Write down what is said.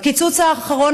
בקיצוץ האחרון,